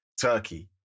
turkey